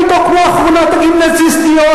סליחה, אני מתנצל על השימוש במטאפורה.